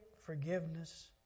forgiveness